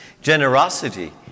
generosity